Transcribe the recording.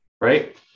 right